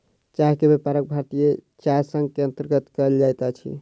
चाह के व्यापार भारतीय चाय संग के अंतर्गत कयल जाइत अछि